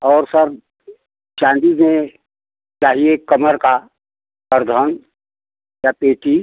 और सर चाँदी में चाहिए कमर का करधन या पेटी